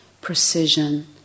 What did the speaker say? precision